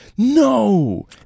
No